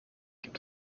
gibt